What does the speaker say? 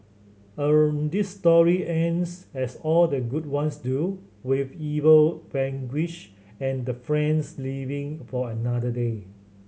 this story ends as all the good ones do with evil vanquished and the friends living for another day